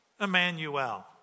Emmanuel